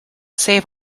save